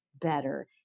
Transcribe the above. better